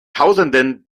tausenden